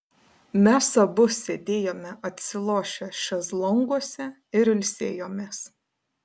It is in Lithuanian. mes abu sėdėjome atsilošę šezlonguose ir ilsėjomės